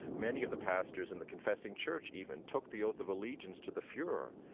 many of the pastors in the confessing church even took the oath of allegiance to the fuhrer.